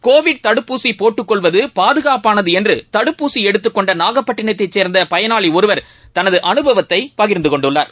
Covid தடுப்பூசிபோட்டுக் கொள்வதுபாதுகாப்பானதுஎன்றுதடுப்பூசிஎடுத்துக் கொண்டநாகப்பட்டினத்தைசேர்ந்தபயனாளிஒருவர் தனதுஅனுபவத்தைபகிர்ந்துகொண்டுள்ளார்